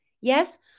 Yes